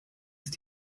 ist